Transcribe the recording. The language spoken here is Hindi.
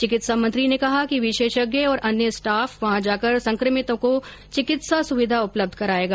चिकित्सा मंत्री ने कहा कि विशेषज्ञ और अन्य स्टाफ वहॉ जाकर संक्रमितों को चिकित्सा सुविधा उपलब्ध करायेगा